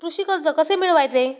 कृषी कर्ज कसे मिळवायचे?